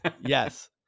Yes